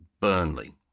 Burnley